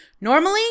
Normally